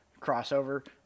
crossover